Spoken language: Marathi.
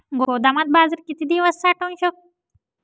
गोदामात बाजरी किती दिवस साठवून ठेवू शकतो?